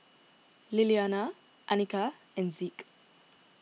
Liliana Anika and Zeke